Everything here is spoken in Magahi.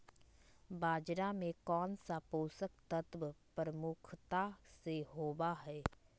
बाजरा में कौन सा पोषक तत्व प्रमुखता से होबा हई?